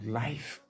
life